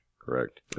correct